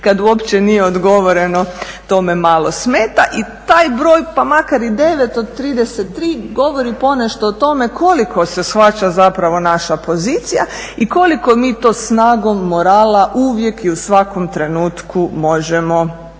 kad uopće nije odgovoreno to me malo smeta. I taj broj, pa makar i 9 od 33 govori ponešto o tome koliko se shvaća zapravo naša pozicija i koliko mi to snagom morala uvijek i u svakom trenutku možemo